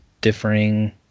differing